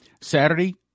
Saturday